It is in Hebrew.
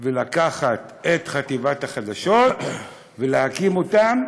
ולקחת את חטיבת החדשות ולהקים אותם